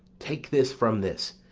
take this from this,